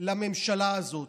לממשלה הזו.